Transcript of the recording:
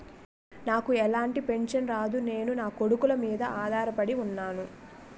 నాకు ఎలాంటి పెన్షన్ రాదు నేను నాకొడుకుల మీద ఆధార్ పడి ఉన్నాను